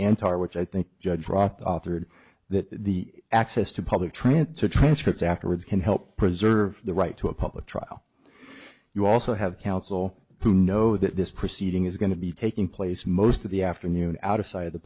antara which i think judge roth authored that the access to public transport transcripts afterwards can help preserve the right to a public trial you also have counsel who know that this proceeding is going to be taking place most of the afternoon out of sight of the